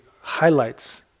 highlights